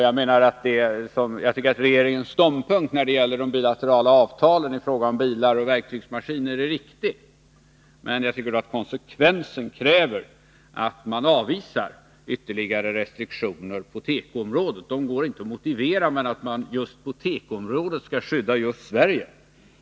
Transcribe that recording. Jag tycker att regeringens ståndpunkt när det gäller de bilaterala avtalen i fråga om bilar och verktygsmaskiner är riktig, men jag tycker att konsekvensen kräver att man avvisar ytterligare restriktioner på tekoområdet. De går inte att motivera med att man just på tekoområdet skall skydda just Sverige.